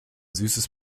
süßes